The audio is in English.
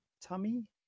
tummy